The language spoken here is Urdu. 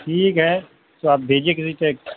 ٹھیک ہے تو آپ بھیجیے کسی سے